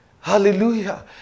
hallelujah